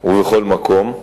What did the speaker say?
ובכל מקום.